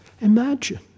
imagine